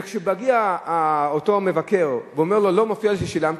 וכשמגיע המבקר ואומר לו: לא מופיע ששילמת,